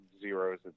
zeros